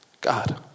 God